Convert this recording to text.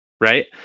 Right